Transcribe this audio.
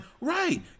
right